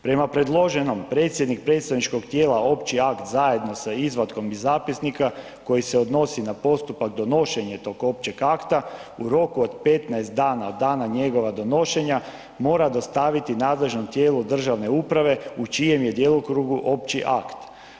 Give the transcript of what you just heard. Prema predloženom predsjednik predstavničkog tijela opći akt zajedno sa izvatkom iz zapisnika koji se odnosi na postupak donošenja tog općeg akta, u roku od 15 dana od dana njegova donošenja mora dostaviti nadležnom tijelu državne uprave u čijem je djelokrugu opći akt.